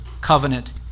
Covenant